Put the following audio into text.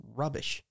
rubbish